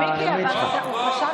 בבקשה, חבר